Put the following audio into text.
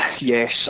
Yes